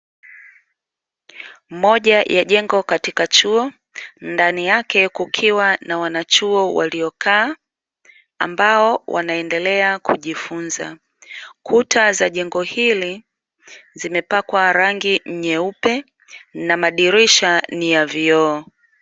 Moja ya jengo katika chuo, ndani yake kukiwa na wanachuo waliokaa, ambao wanaendelea kujifunza. Kuta za jengo hilo zimepakwa rangi nyeupe na madirisha ni ya vioo.